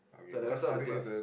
so when I went out of the class